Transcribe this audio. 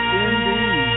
indeed